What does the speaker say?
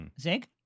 Zig